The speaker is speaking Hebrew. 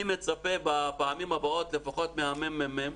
אני מצפה בפעמים הבאות לפחות מהממ"מ,